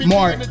Mark